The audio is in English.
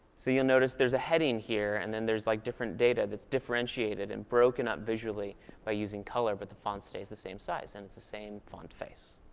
so you'll notice there's a heading here, and then there's like different data that's differentiated and broken up visually by using color. but the font stays the same size, and it's the same font face.